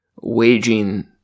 waging